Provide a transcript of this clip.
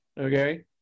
Okay